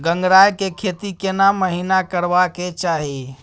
गंगराय के खेती केना महिना करबा के चाही?